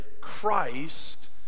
Christ